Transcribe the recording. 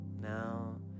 Now